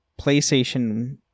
PlayStation